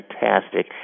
fantastic